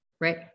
right